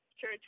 church